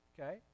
Okay